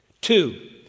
Two